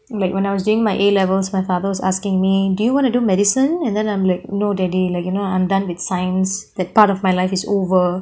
like when I was doing my A levels my father was asking me do you wanna do medicine and then I'm like no daddy like you know I am done with science that part of my life is over